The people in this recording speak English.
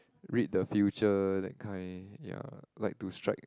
read the future that kind ya like to strike